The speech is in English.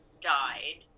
died